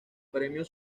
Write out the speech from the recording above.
premio